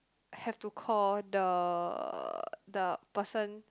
have to call the the person